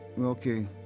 okay